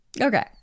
Okay